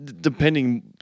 depending